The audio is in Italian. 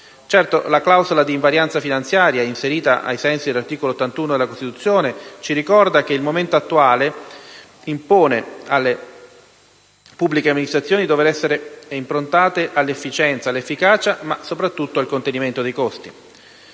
Certo, la clausola di invarianza finanziaria, inserita ai sensi dell'articolo 81 della Costituzione, ci ricorda che il momento attuale impone alle pubbliche amministrazioni di essere improntate all'efficienza, all'efficacia, ma soprattutto al contenimento dei costi.